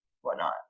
whatnot